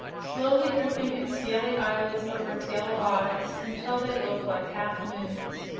slowly drooping its scaley eyelids over its yellow eyes, until they looked like half-moons.